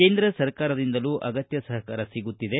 ಕೇಂದ್ರ ಸರ್ಕಾರದಿಂದಲೂ ಅಗತ್ತ ಸಹಕಾರ ಸಿಗುತ್ತಿದೆ